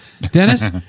Dennis